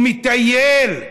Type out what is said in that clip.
הוא מטייל,